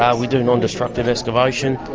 um we do non-destructive excavation,